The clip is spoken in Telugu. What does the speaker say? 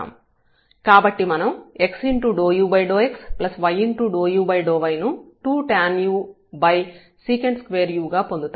కాబట్టి మనం x∂u∂xy∂u∂y ను 2tanusec2u గా పొందుతాము